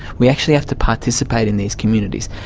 we actually have to participate in these communities.